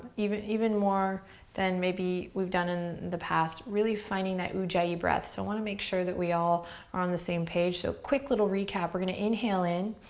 even even more than maybe we've done in the past, really finding that ujjayi breath, so i wanna make sure that we all are on the same page, so quick little recap. we're gonna inhale in.